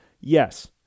yes